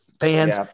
fans